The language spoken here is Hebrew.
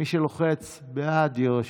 ומי שלוחץ בעד, יירשם.